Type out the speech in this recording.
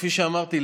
כפי שאמרתי,